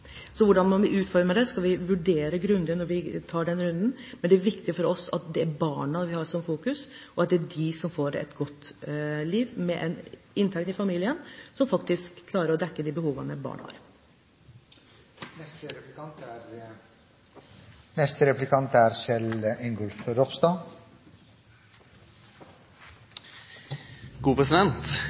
Hvordan vi vil utforme det, skal vi vurdere grundig når vi tar den runden, men det er viktig for oss at det er barna vi fokuserer på, og at det er de som får et godt liv, med en inntekt i familien som faktisk klarer å dekke de behovene barn